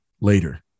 later